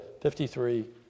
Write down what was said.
53